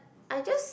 I just